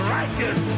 righteous